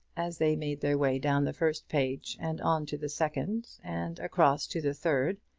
as they made their way down the first page and on to the second, and across to the third,